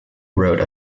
wrote